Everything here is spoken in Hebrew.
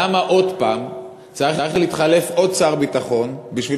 למה עוד הפעם צריך להתחלף עוד שר ביטחון בשביל